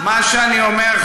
מה שאני אומר,